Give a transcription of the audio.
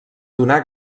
donar